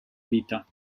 vita